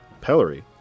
Pellery